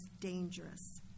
dangerous